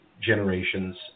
generations